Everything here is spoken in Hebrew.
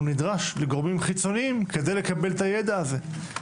הוא נדרש לגורמים חיצוניים כדי לקבל את הידע הזה.